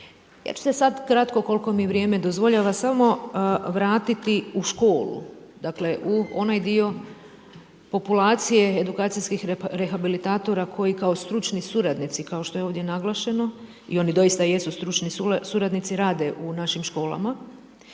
Ja ću se sad kratko koliko mi vrijeme dozvoljava samo vratiti u školu, dakle u onaj dio populacije edukacijskih rehabilitatora koji kao stručni suradnici kao što je ovdje naglašeno i oni doista jesu stručni suradnici rade u našim školama